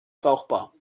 brauchbar